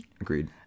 Agreed